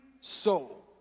soul